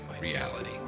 reality